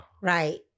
right